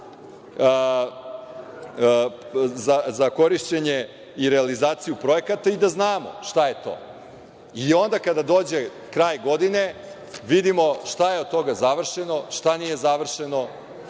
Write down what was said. za korišćenje i realizaciju projekata i da znamo šta je to i onda da, kada dođe kraj godine, vidimo šta je od toga završeno, šta nije završeno,